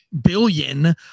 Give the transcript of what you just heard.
billion